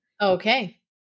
Okay